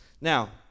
Now